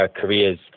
Korea's